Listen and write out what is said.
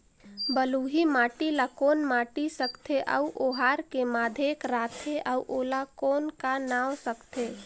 बलुही माटी ला कौन माटी सकथे अउ ओहार के माधेक राथे अउ ओला कौन का नाव सकथे?